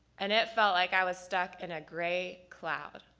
and it felt like i was stuck in a gray cloud.